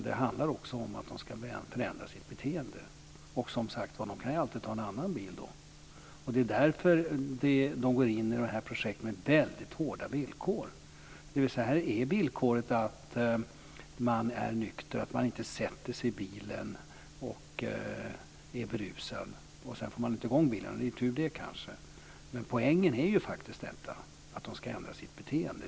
Det handlar också om att de ska förändra sitt beteende. De kan som sagt alltid ta en annan bil. Det är därför man går in i detta projekt med väldigt hårda villkor. Här är villkoret att man är nykter och att man inte sätter sig i bilen när man är berusad. Sedan får man inte i gång bilen. Det är kanske tur, det. Poängen är faktiskt att de ska ändra sitt beteende.